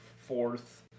fourth